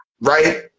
right